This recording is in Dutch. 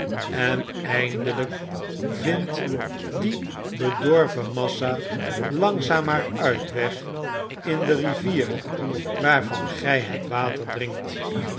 en eindelp vindt die bedorven massa langzaam haar uitweg in de rivier waarvan gjj het water drinkt